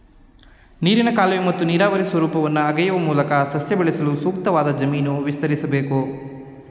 ನೀರಿನ ಕಾಲುವೆ ಮತ್ತು ನೀರಾವರಿ ಸ್ವರೂಪವನ್ನು ಅಗೆಯುವ ಮೂಲಕ ಸಸ್ಯ ಬೆಳೆಸಲು ಸೂಕ್ತವಾದ ಜಮೀನು ವಿಸ್ತರಿಸ್ಬೇಕು